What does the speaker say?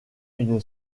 une